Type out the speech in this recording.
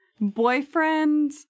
boyfriend